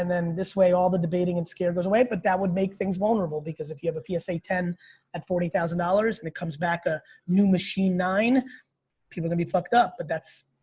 and then this way, all the debating and scare goes away, but that would make things vulnerable because if you have a psa ten at forty thousand dollars and it comes back a new machine nine people gonna be fucked up, but that's,